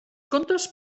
contes